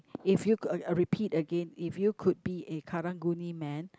if you could I repeat again if you could be a Karang-Guni man